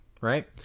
right